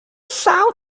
salta